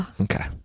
Okay